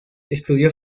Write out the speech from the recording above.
estudió